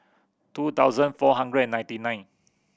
two thousand four hundred and ninety nine